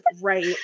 Right